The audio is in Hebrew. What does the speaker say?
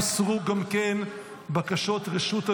הוסרו גם בקשות רשות הדיבור,